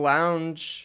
Lounge